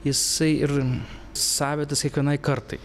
jisai ir savitas kiekvienai kartai